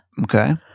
Okay